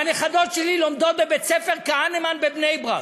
והנכדות שלי לומדות בבית-ספר "כהנמן" בבני-ברק.